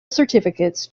certificates